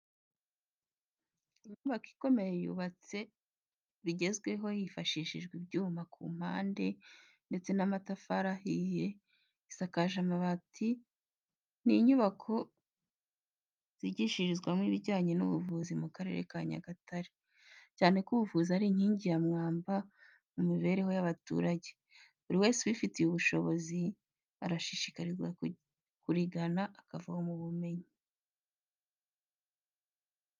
Inyubako ikomeye y'ubatse bigezweho hifashishijwe ibyuma ku mpande ndetse n'amatafari ahiye isakaje amabati n'inyubako zigishirizwamo ibijyanye n'ubuvuzi mu Karere ka Nyagatare, cyane ko ubuvuzi ari inkingi ya mwamba mu mibereho y'abaturage, buri wese ubifitiye ubushobozi arashishikarizwa kurigana akavoma ubumenyi.